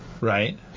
Right